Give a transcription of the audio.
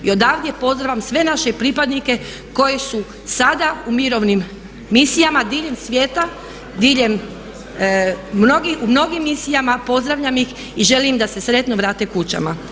I odavde pozdravljam sve naše pripadnike koji su sada u mirovnim misijama diljem svijeta u mnogim misijama, pozdravljam ih i želim da se sretno vrate kućama.